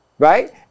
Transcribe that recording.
Right